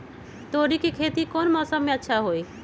तोड़ी के खेती कौन मौसम में अच्छा होई?